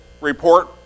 report